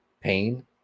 pain